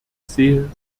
sehe